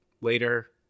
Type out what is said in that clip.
later